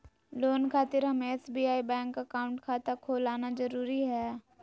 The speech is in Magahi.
लोन खातिर हमें एसबीआई बैंक अकाउंट खाता खोल आना जरूरी है?